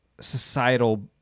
societal